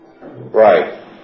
Right